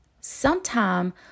Sometime